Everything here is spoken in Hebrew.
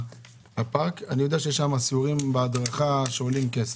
אני יודע שיש שם סיורים והדרכה שעולים כסף.